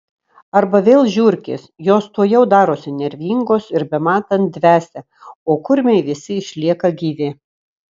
arba vėl žiurkės jos tuojau darosi nervingos ir bematant dvesia o kurmiai visi išlieka gyvi